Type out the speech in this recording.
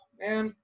man